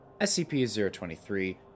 SCP-023